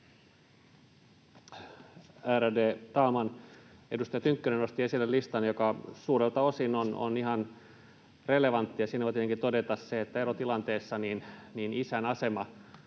Ärade talman! Edustaja Tynkkynen nosti esille listan, joka suurelta osin on ihan relevantti, ja siitä voi tietenkin todeta sen, että erotilanteessa isän asema